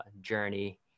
journey